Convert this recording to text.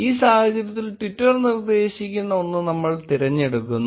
ഈ സാഹചര്യത്തിൽ ട്വിറ്റർ നിർദ്ദേശിക്കുന്ന ഒന്ന് നമ്മൾ തിരഞ്ഞെടുക്കുന്നു